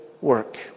work